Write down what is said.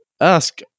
ask